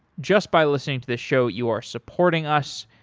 just by listening to the show, you are supporting us.